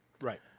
right